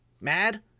mad